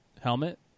helmet